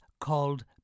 called